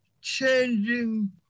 changing